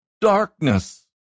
darkness